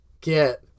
get